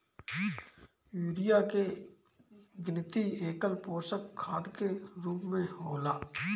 urea के गिनती एकल पोषक खाद के रूप में होला